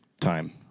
time